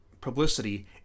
publicity